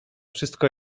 wszystko